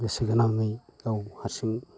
गोसो गोनाङै गाव हारसिं